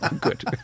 Good